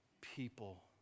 people